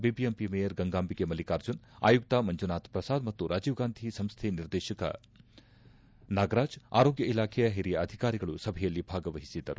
BBMP mayor Gangabike Mallikarjun ಆಯುಕ್ತ ಮಂಜುನಾಥ ಪ್ರಸಾದ್ ಮತ್ತು ರಾಜೀವ್ ಗಾಂಧಿ ಸಂಸ್ಥೆ ನಿರ್ದೇಶಕ ನಾಗರಾಜ್ ಆರೋಗ್ಯ ಇಲಾಖೆಯ ಹಿರಿಯ ಅಧಿಕಾರಿಗಳು ಸಭೆಯಲ್ಲಿ ಭಾಗವಹಿಸಿದ್ದರು